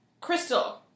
Crystal